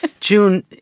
June